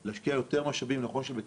יש לנו כאן חובות כמו לדוגמה,